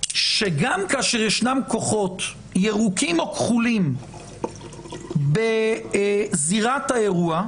שגם כאשר ישנם כוחות ירוקים או כחולים בזירת האירוע,